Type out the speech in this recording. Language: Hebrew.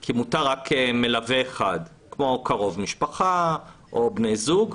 כי מותר רק מלווה אחד כמו קרוב משפחה או בני זוג,